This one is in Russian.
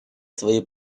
свои